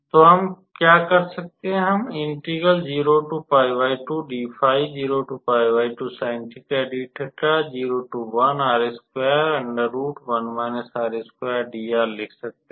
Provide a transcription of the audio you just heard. तो हम क्या कर सकते हैं हम लिख सकते हैं